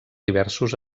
diversos